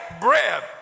bread